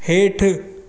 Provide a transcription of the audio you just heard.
हेठि